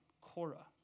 Cora